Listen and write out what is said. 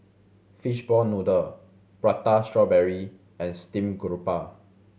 fish ball noodle Prata Strawberry and steamed garoupa